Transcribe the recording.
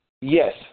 yes